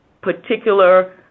particular